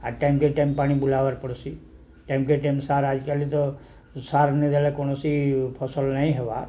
ଆର୍ ଟାଇମ୍କେ ଟାଇମ୍ ପାଣି ବୁଲାବାର୍ ପଡ଼ସି ଟାଇମ୍କେ ଟାଇମ୍ ସାର୍ ଆଜିକାଲି ତ ସାର୍ ନ ଦେଲେ କୌଣସି ଫସଲ୍ ନାଇଁ ହେବାର୍